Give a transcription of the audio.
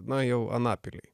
na jau anapily